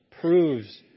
proves